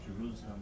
Jerusalem